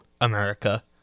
America